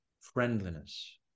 friendliness